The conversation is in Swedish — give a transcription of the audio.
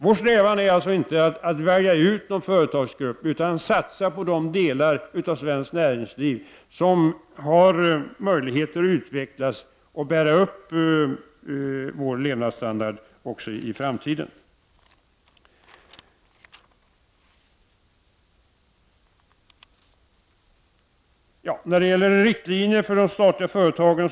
Vår strävan är alltså inte att välja ut någon enskild företagsgrupp, utan att satsa på de delar av svenskt näringsliv som har möjligheter att utvecklas och bära upp vår levnadsstandard också i framtiden. Här har efterlysts riktlinjer för de statliga företagen.